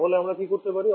তাহলে আমরা কী করতে পারি